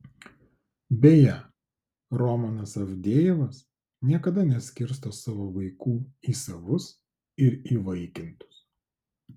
beje romanas avdejevas niekada neskirsto savo vaikų į savus ir įvaikintus